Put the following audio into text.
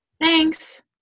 Thanks